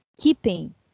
keeping